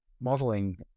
modeling